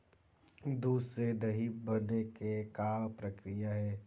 दूध से दही बने के का प्रक्रिया हे?